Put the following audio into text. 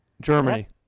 Germany